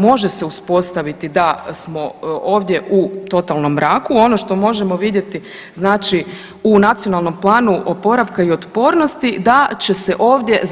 Može se uspostaviti da smo ovdje u totalnom mraku, ono što možemo vidjeti znači u Nacionalnom planu oporavka i otpornosti da će se ovdje